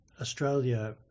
Australia